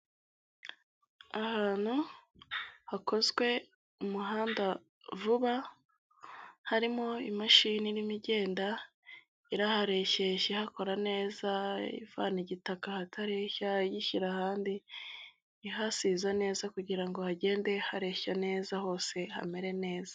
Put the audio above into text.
Ahantu hakozwe umuhanda vuba, harimo imashini irimo igenda irahareshyeshya ihakora neza, ivana igitaka ahatareshya igishyira ahandi, ihasize neza kugira ngo hagende hareshya neza hose hamere neza.